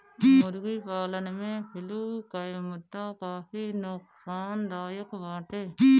मुर्गी पालन में फ्लू कअ मुद्दा काफी नोकसानदायक बाटे